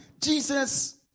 Jesus